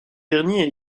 dernier